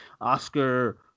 Oscar